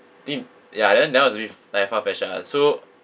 think ya then that one was really f~ like farfetched lah so